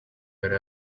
yari